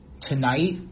Tonight